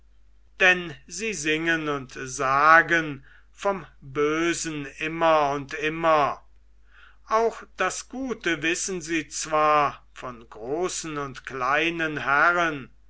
denn sie singen und sagen vom bösen immer und immer auch das gute wissen sie zwar von großen und kleinen herren